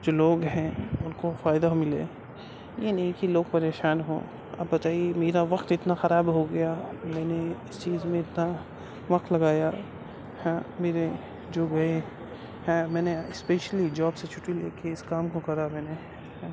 جو لوگ ہیں ان کو فائدہ ملے یہ نہیں کہ لوگ پریشان ہوں اب بتائیے میرا وقت اتنا خراب ہو گیا میں نے اس چیز میں اتنا وقت لگایا ہاں میرے جو گئے ہیں میں نے اسپیشلی جاب سے چھٹّی لے كے اس كام كو کرا میں نے